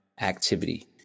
activity